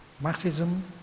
Marxism